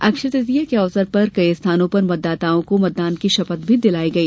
अक्षय तृतीया के ॅअवसर पर कई स्थानों पर मतदाताओं को मतदान की भी शपथ दिलाई गई